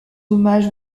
hommage